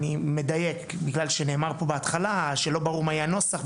אני מדייק בגלל שנאמר פה בהתחלה שלא ברור מה יהיה הנוסח,